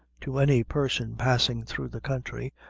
to any person passing through the country,